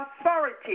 authority